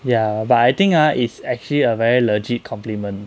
ya but I think ah is actually a very legit compliment